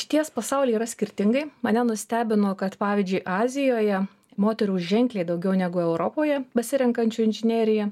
išties pasauly yra skirtingai mane nustebino kad pavyzdžiui azijoje moterų ženkliai daugiau negu europoje besirenkančių inžineriją